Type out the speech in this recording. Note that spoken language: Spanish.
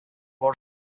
borde